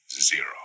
zero